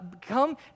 Come